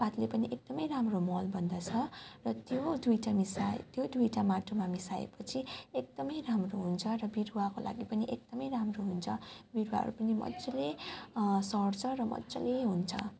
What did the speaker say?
पातले पनि एकदमै राम्रो मल बन्दछ र त्यो दुइटा मिसाइ त्यो दुइटा माटोमा मिसाएपछि एकदमै राम्रो हुन्छ र बिरुवाको लागि पनि एकदमै राम्रो हुन्छ बिरुवाहरू पनि मजाले सर्छ र मजाले हुन्छ